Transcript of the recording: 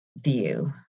view